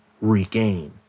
regain